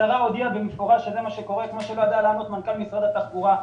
השרה הודיעה במפורש שזה מה שקורה וכמו שאמר מנכ"ל משרד התחבורה.